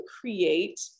create